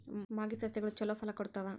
ಮಾಗಿದ್ ಸಸ್ಯಗಳು ಛಲೋ ಫಲ ಕೊಡ್ತಾವಾ?